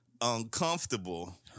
uncomfortable